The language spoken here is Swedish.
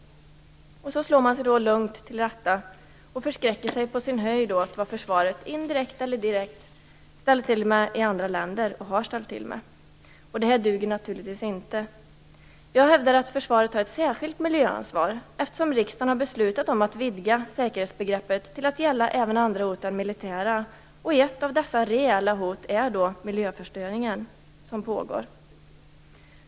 Och så slår man sig lugnt till ro och förskräcker sig på sin höjd åt vad försvaret, indirekt eller direkt, ställer till med och har ställt till med i andra länder. Detta duger naturligtvis inte. Jag hävdar att försvaret har ett särskilt miljöansvar, eftersom riksdagen har beslutat om att vidga säkerhetsbegreppet till att gälla även andra hot än militära. Ett av dessa reella hot är den pågående miljöförstöringen.